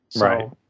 Right